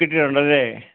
കിട്ടിയിട്ടുണ്ടല്ലെ